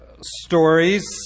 stories